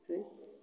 সেই